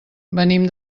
venim